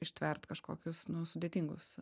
ištvert kažkokius sudėtingus